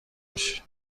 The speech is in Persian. میشی